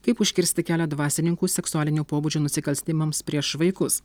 kaip užkirsti kelią dvasininkų seksualinio pobūdžio nusikaltimams prieš vaikus